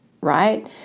right